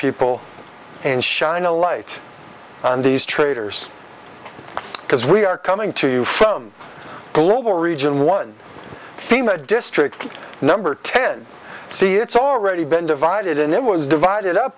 people and shine a light on these traitors because we are coming to you from a global region one theme a district number ten see it's already been divided and it was divided up